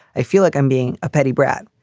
i feel like i'm being a petty brat.